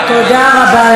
זה היה קצר מאוד,